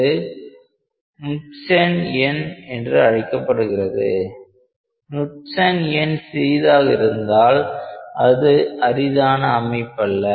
இது க்னுட்ஸேன் எண் என்று அழைக்கப்படுகிறது க்னுட்ஸேன் எண் சிறிதாக இருந்தால் அது அரிதான அமைப்பல்ல